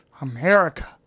America